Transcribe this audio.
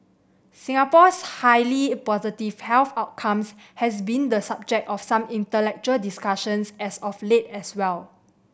Singapore's highly positive health outcomes has been the subject of some intellectual discussions as of late as well